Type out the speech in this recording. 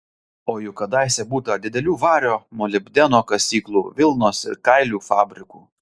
o juk kadaise būta didelių vario molibdeno kasyklų vilnos ir kailių fabrikų